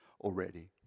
already